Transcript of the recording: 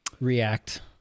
react